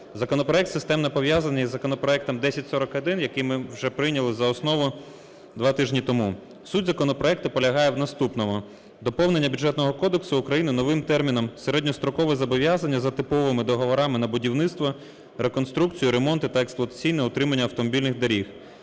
Законопроект системно пов'язаний із законопроектом 1041, який ми вже прийняли за основу два тижні тому. Суть законопроекту полягає в наступному. Доповнення Бюджетного кодексу України новим терміном "середньострокове зобов'язання за типовими договорами на будівництво, реконструкцію, ремонти та експлуатаційне утримання автомобільних доріг".